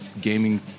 Gaming